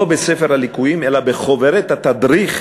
לא ב"ספר הליקויים" אלא בחוברת התדריך